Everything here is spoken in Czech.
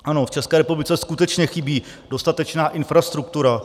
Ano, v České republice skutečně chybí dostatečná infrastruktura.